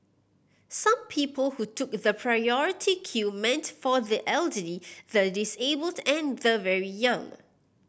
some people who took the priority queue meant for the elderly the disabled and the very young